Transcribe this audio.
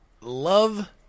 love